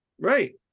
Right